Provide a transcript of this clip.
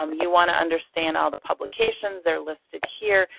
um you want to understand all the publications, they're listed here,